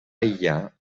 aïllar